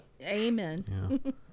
Amen